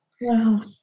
Wow